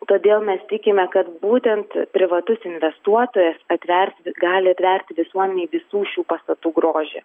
todėl mes tikime kad būtent privatus investuotojas atvers gali atverti visuomenei visų šių pastatų grožį